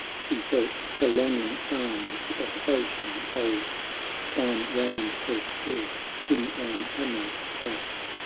she felt the longing arms of ocean old twine round her spirit in an amorous clasp,